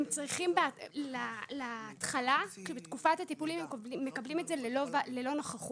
הם צריכים בהתחלה --- בתקופת הטיפולים הם מקבלים את זה ללא נוכחות,